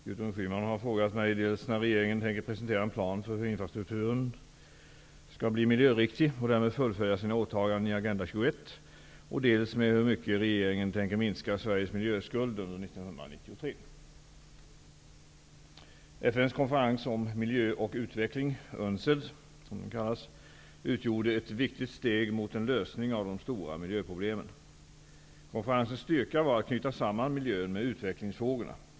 Fru talman! Gudrun Schyman har frågat mig dels när regeringen tänker presentera en plan för hur infrastrukturen skall bli miljöriktig och därmed fullfölja sina åtaganden i Agenda 21, dels med hur mycket regeringen tänker minska Sveriges miljöskuld under 1993. FN:s konferens om miljö och utveckling, UNCED, utgjorde ett viktigt steg mot en lösning av de stora miljöproblemen. Konferensens styrka var att knyta samman miljön med utvecklingsfrågorna.